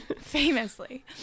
famously